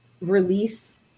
release